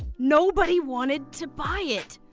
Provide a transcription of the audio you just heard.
nobody wanted to buy it.